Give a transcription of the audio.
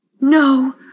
No